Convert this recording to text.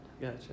gotcha